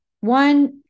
One